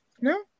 no